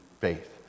faith